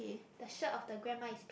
the shirt of the grandma is pink